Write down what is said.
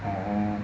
oh